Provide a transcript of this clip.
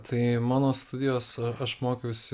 tai mano studijos aš mokiausi